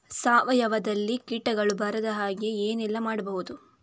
ಸಾವಯವದಲ್ಲಿ ಕೀಟಗಳು ಬರದ ಹಾಗೆ ಏನೆಲ್ಲ ಮಾಡಬಹುದು?